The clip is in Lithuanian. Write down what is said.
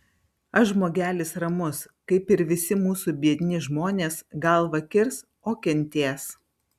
aš žmogelis ramus kaip ir visi mūsų biedni žmonės galvą kirs o kentės